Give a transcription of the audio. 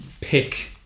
pick